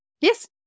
Yes